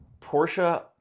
Porsche